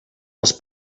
els